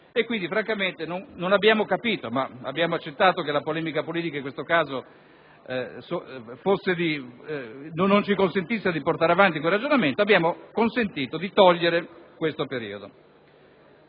impianti. Francamente quindi non abbiamo capito, ma abbiamo accettato che la polemica politica in questo caso non ci consentisse di portare avanti quel ragionamento ed abbiamo consentito di togliere questo periodo.